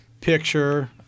picture